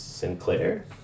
Sinclair